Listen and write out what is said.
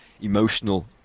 emotional